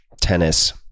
tennis